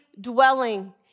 dwelling